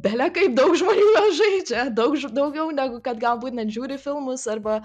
belekaip daug žmonių juos žaidžia daug daugiau negu kad galbūt net žiūri filmus arba